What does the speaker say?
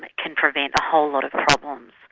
like can prevent a whole lot of problems.